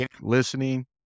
listening